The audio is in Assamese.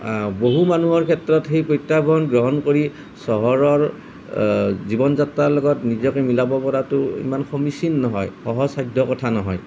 বহু মানুহৰ ক্ষেত্ৰত সেই প্ৰত্যাহ্বান গ্ৰহণ কৰি চহৰৰ জীৱন যাত্ৰাৰ লগত নিজকে মিলাব পৰাতো ইমান সমীচিন নহয় সহজসাধ্য কথা নহয়